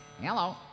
Hello